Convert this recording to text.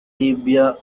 libya